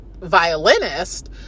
violinist